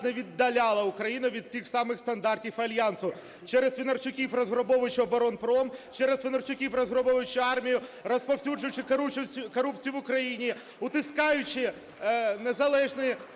віддаляла Україну від тих самих стандартів Альянсу. Через Свинарчуків, розграбовуючи "Оборонпром", через Свинарчуків, розграбовуючи армію, розповсюджуючи корупцію в Україні, утискаючи незалежні